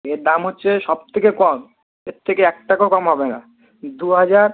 এর দাম হচ্ছে সব থেকে কম এর থেকে এক টাকাও কম হবে না দুহাজার